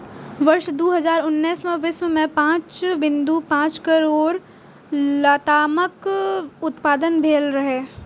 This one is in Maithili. वर्ष दू हजार उन्नैस मे विश्व मे पांच बिंदु पांच करोड़ लतामक उत्पादन भेल रहै